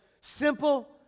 Simple